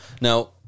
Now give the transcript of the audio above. Now